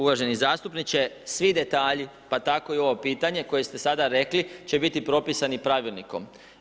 Uvaženi zastupniče, svi detalji, pa tako i ovo pitanje koje ste sada rekli, će biti propisani pravilnikom.